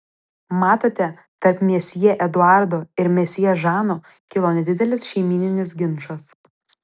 matote tarp mesjė eduardo ir mesjė žano kilo nedidelis šeimyninis ginčas